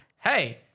hey